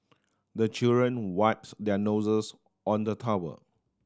the children wipes their noses on the towel